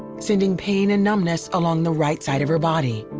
sending pain and numbness along the right side of her body.